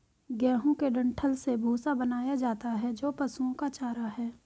गेहूं के डंठल से भूसा बनाया जाता है जो पशुओं का चारा है